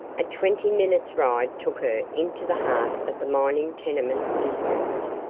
a twenty-minutes' ride took her into the heart of the mining tenement district.